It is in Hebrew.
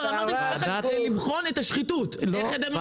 איך אתם יודעים, אולי לא הייתה שחיתות?